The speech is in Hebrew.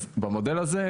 אז במודל הזה,